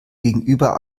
gegenüber